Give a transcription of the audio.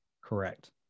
Correct